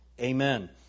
amen